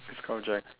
physical object